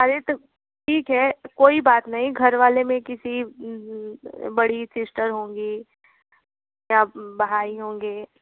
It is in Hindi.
अरे तो ठीक है कोई बात नहीं घरवाले में किसी बड़ी सिस्टर होंगी या भाई होंगे